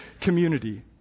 community